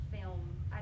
film